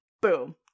Boom